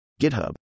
GitHub